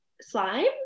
slime